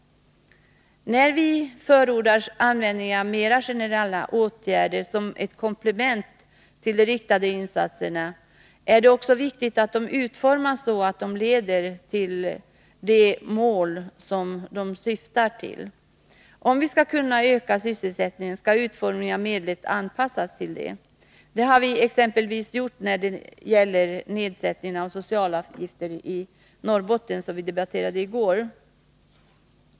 När vi förordar användningen av mera generella åtgärder som komplement till riktade insatser är det viktigt att också framhålla att de skall utformas så, att de leder till de mål som de syftar till. Om vi skall kunna öka sysselsättningen måste utformningen av medlet anpassas till det. Det har vi exempelvis gjort vid nedsättningen av socialavgifterna i Norrbotten, som vi debatterade i går.